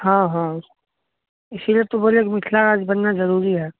हँ हँ ईसलिए तो बोले कि मिथिला राज्य बनना जरुरी है